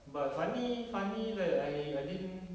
but funny funny leh I I didn't